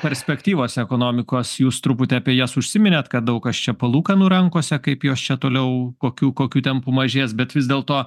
perspektyvos ekonomikos jūs truputį apie jas užsiminėt kad daug kas čia palūkanų rankose kaip jos čia toliau kokių kokiu tempu mažės bet vis dėlto